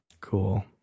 Cool